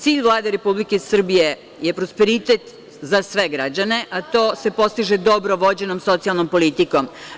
Cilj Vlade Republike Srbije je prosperitet za sve građane, a to se postiže dobro vođenom socijalnom politikom.